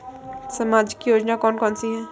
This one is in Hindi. सामाजिक योजना कौन कौन सी हैं?